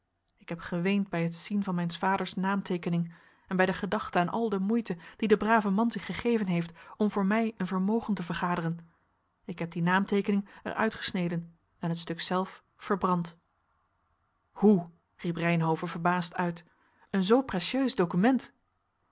ik heb geweend bij het zien van mijns vaders naamteekening en bij de gedachte aan al de moeite die de brave man zich gegeven heeft om voor mij een vermogen te vergaderen ik heb die naamteekening er uitgesneden en het stuk zelf verbrand hoe riep reynhove verbaasd uit een zoo précieux document